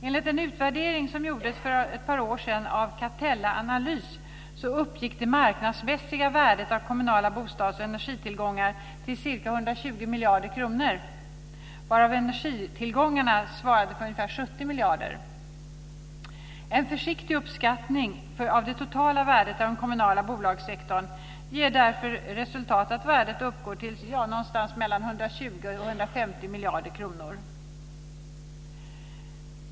Enligt en utvärdering som gjordes för ett par år sedan av Capella Analys uppgick det marknadsmässiga värdet av kommunala bostads och energitillgångar till ca 120 miljarder kronor, varav energitillgångarna svarade för ca 70 miljarder. En försiktig uppskattning av det totala värdet av den kommunala bolagssektorn ger resultatet att värdet uppgår till mellan 120 och 150 miljarder kronor.